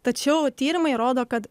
tačiau tyrimai rodo kad